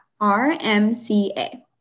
RMCA